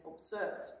observed